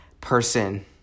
Person